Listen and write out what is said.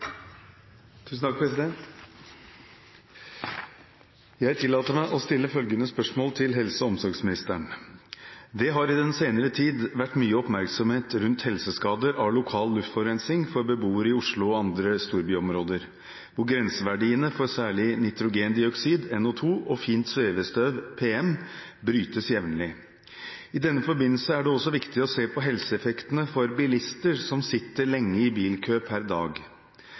omsorgsministeren: «Det har i den senere tid vært mye oppmerksomhet rundt helseskader fra lokal luftforurensning for beboere i Oslo og andre storbyområder, hvor grenseverdiene for særlig nitrogendioksid, NO2, og fint svevestøv, PM, brytes jevnlig. I denne forbindelse er det også viktig å se på helseeffektene for bilister som sitter lenge i bilkø hver dag.